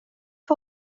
för